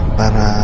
para